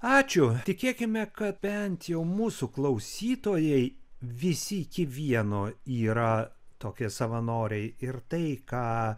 ačiū tikėkime kad bent jau mūsų klausytojai visi iki vieno yra tokie savanoriai ir tai ką